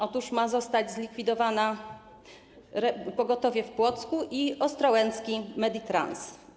Otóż mają zostać zlikwidowane pogotowie w Płocku i ostrołęcki Meditrans.